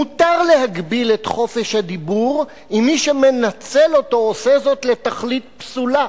מותר להגביל את חופש הדיבור אם מי שמנצל אותו עושה זאת לתכלית פסולה.